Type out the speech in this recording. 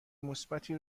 مثبتی